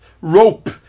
rope